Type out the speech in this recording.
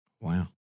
Wow